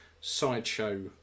Sideshow